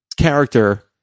character